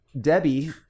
Debbie